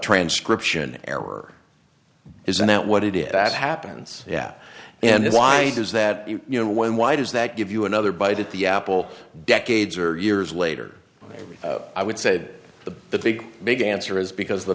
transcription error isn't that what it is that happens yeah and why does that you know when why does that give you another bite at the apple decades or years later i would say the big big answer is because the